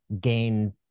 gain